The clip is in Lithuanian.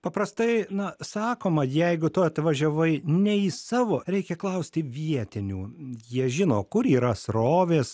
paprastai na sakoma jeigu tu atvažiavai ne į savo reikia klausti vietinių jie žino kur yra srovės